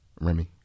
Remy